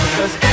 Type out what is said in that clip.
Cause